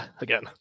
again